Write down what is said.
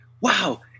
Wow